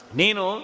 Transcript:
nino